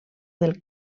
del